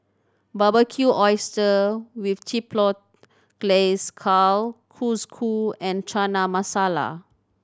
Barbecued Oyster with Chipotle Glaze Kalguksu and Chana Masala